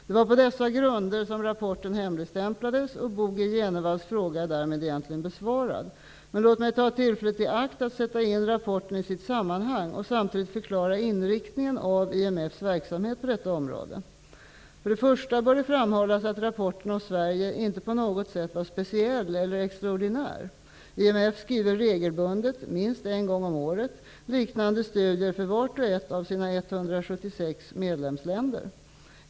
Det var på dessa grunder som rapporten hemligstämplades, och Bo G Jenevalls fråga är därmed egentligen besvarad. Men låt mig ta tillfället i akt att sätta in rapporten i sitt sammanhang och samtidigt förklara inriktningen av IMF:s verksamhet på detta område. För det första bör det framhållas att rapporten om Sverige inte på något sätt var speciell eller extraordinär. IMF skriver regelbundet -- minst en gång om året -- liknande studier för vart och ett av sina 176 medlemsländer.